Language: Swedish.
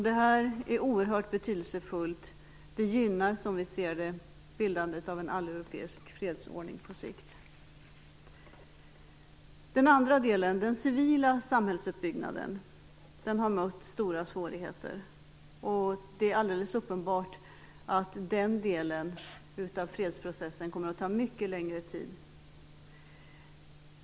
Det är oerhört betydelsefullt och gynnar, som vi ser det, bildandet av en alleuropeisk fredsordning på sikt. Den andra delen, den civila samhällsuppbyggnaden, har mött stora svårigheter. Det är alldeles uppenbart att den delen av fredsprocessen kommer att ta mycket längre tid.